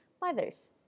mothers